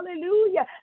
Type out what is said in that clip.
hallelujah